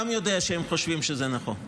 יודע שגם הם חושבים שזה נכון.